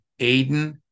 Aiden